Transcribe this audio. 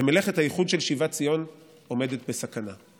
ומלאכת האיחוד של שיבת ציון עומדת בסכנה.